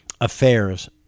affairs